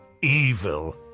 Evil